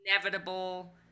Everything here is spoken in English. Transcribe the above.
inevitable